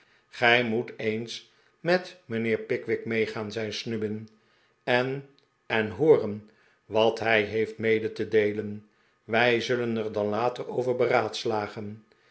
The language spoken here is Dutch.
gij moet eens met mijnheer pickwick meegaan zei snubbin en en hooren wat hij heeft mede te deelen wij zullen er dan later over beraadslagen